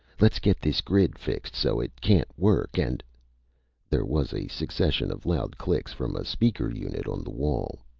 let's get this grid fixed so it can't work and there was a succession of loud clicks from a speaker unit on the wall.